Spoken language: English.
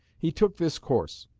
he took this course